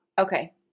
Okay